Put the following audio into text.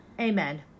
Amen